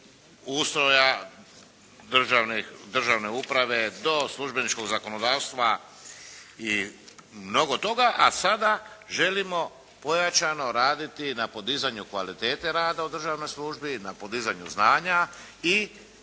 ustroja državne uprave do službeničkog zakonodavstva i mnogo toga. A sada želimo pojačano raditi na podizanju kvalitete rada u državnoj službi, na podizanju znanja i